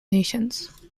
nations